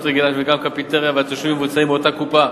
רגילה וגם קפיטריה והתשלומים מבוצעים באותה קופה.